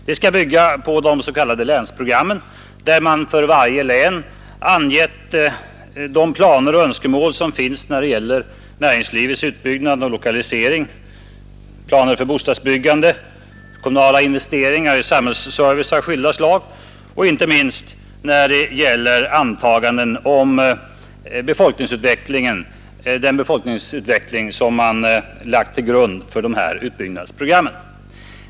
Det skall bygga på de s.k. länsprogrammen, där för varje län angetts de planer och önskemål som finns när det gäller näringslivets utbyggnad och lokalisering, planer för bostadsbyggande, kommunala investeringar i samhällsservice av skilda slag och de antaganden om befolkningsutvecklingen som lagts till grund för detta utbyggnadsprogram.